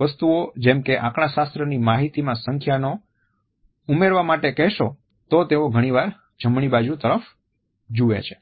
વસ્તુઓ જેમ કે આંકડાશાસ્ત્રની માહિતીમાં સંખ્યાઓ ઉમેરવા માટે કહેશો તો તેઓ ઘણીવાર જમણી બાજુ તરફ જુએ છે